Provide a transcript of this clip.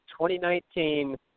2019